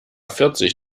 vierzig